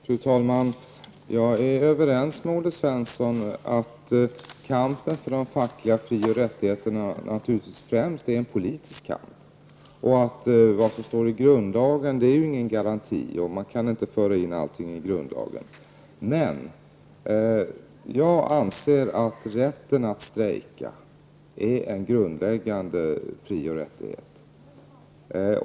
Fru talman! Jag är överens med Olle Svensson om att kampen för de fackliga fri och rättigheterna naturligtvis främst är en politisk kamp och att vad som står i grundlagen inte innebär någon garanti. Man kan inte föra in allting i grundlagen. Men jag anser att rätten att strejka är en grundläggande frioch rättighet.